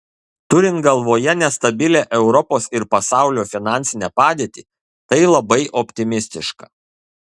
turint galvoje nestabilią europos ir pasaulio finansinę padėtį tai labai optimistiška